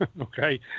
Okay